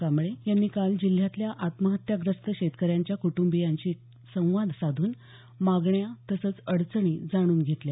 कांबळे यांनी काल जिल्ह्यातल्या आत्महत्याग्रस्त शेतकऱ्यांच्या कुटंबियांशी काल संवाद साधून मागण्या तसचं अडचणी जाणून घेतल्या